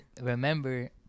remember